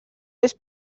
més